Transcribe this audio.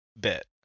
bit